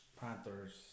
Panthers